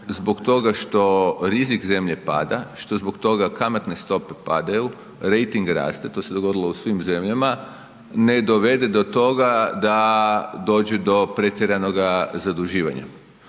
zbog toga što rizik zemlje pada, što zbog toga kamatne stope padaju, rejting raste to se dogodilo u svim zemljama, ne dovede do toga da dođe do pretjeranoga zaduživanja.